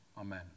Amen